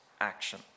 action